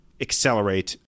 accelerate